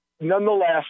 nonetheless